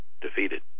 defeated